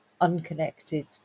unconnected